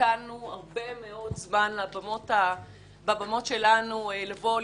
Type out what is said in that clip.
נתנו הרבה מאוד זמן בבמות שלנו לבוא,